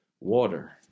water